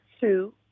Two